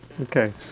Okay